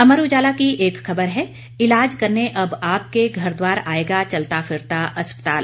अमर उजाला की एक खबर है इलाज करने अब आपके घर द्वार आएगा चलता फिरता अस्पताल